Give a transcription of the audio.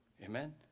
Amen